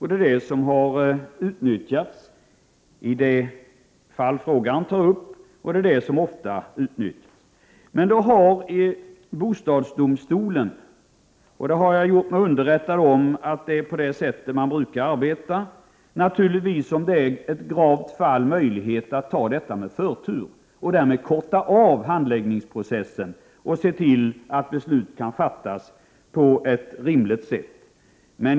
Det är denna rätt som utnyttjats i det fall som frågan tar upp, och det är den som oftast utnyttjas. Då finns det i bostadsdomstolen — och jag har gjort mig underrättad om att det är på detta sätt man brukar arbeta — naturligtvis möjlighet att behandla ett gravt fall med förtur och därmed korta av handläggningsprocessen och se till att beslut kan fattas inom en rimlig tid.